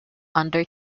under